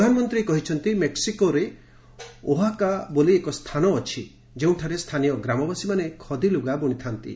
ପ୍ରଧାନମନ୍ତ୍ରୀ କହିଛନ୍ତି ମେକ୍ସିକୋରେ 'ଓହାକା' ବୋଲି ଏକ ସ୍ଥାନ ଅଛି ଯେଉଁଠାରେ ସ୍ଥାନୀୟ ଗ୍ରାମବାସୀମାନେ ଖଦୀ ଲୁଗା ବୁଣିଥାନ୍ତି